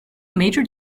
major